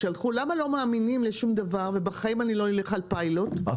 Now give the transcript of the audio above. למה לא מאמינים לשום דבר ובחיים אני לא אלך על פיילוט -- את